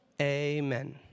amen